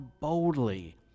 boldly